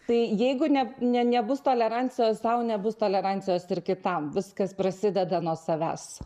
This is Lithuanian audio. tai jeigu ne ne nebus tolerancijos sau nebus tolerancijos ir kitam viskas prasideda nuo savęs